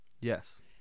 Yes